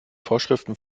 vorschriften